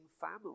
family